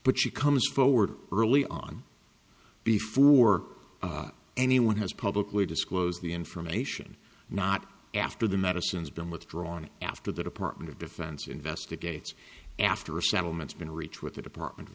but she comes forward early on before anyone has publicly disclose the information not after the medicines been withdrawn after the department of defense investigates after resettlements been reach with the department of